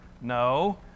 No